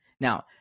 Now